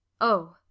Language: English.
Oh